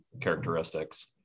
characteristics